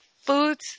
foods